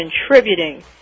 contributing